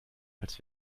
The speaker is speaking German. als